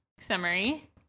summary